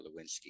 Lewinsky